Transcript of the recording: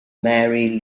mary